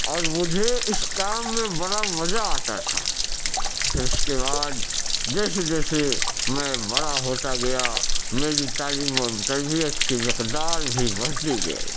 اور مجھے اس کام میں بڑا مزہ آتا تھا اس کے بعد جیسے جیسے میں بڑا ہوتا گیا میری تعلیم و تربیت کی مقدار بھی بڑھتی گئی